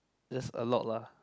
that's a lot lah